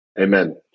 Amen